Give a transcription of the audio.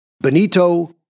Benito